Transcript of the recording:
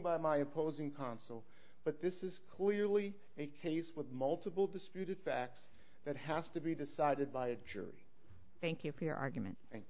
by my opposing counsel but this is clearly a can use with multiple disputed facts that has to be decided by a jury thank you for your argument and